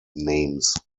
names